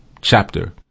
chapter